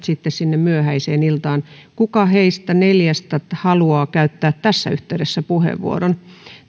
sitten sinne myöhäiseen iltaan kuka teistä neljästä haluaa käyttää tässä yhteydessä puheenvuoron